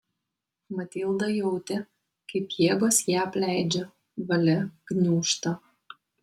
matilda jautė kaip jėgos ją apleidžia valia gniūžta